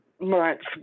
months